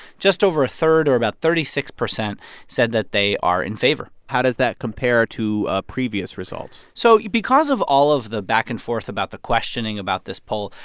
just over a third or about thirty six percent said that they are in favor how does that compare to ah previous results? so because of all of the back-and-forth about the questioning about this poll,